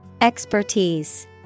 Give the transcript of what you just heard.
Expertise